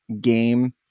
game